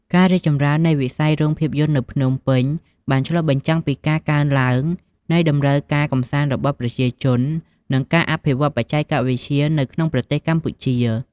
ការរីកចម្រើននៃវិស័យរោងភាពយន្តនៅភ្នំពេញបានឆ្លុះបញ្ចាំងពីការកើនឡើងនៃតម្រូវការកម្សាន្តរបស់ប្រជាជន និងការអភិវឌ្ឍន៍បច្ចេកវិទ្យានៅក្នុងប្រទេសកម្ពុជា។